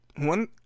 one